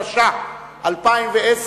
התש"ע 2010,